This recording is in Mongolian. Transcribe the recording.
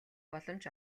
боломж